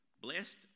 Blessed